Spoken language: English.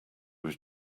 was